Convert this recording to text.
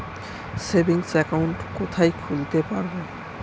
Savings account কোথায় খুলতে পারব?